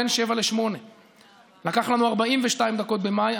בין 07:00 ל-08:00 לקח לנו 42 דקות במאי,